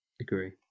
Agree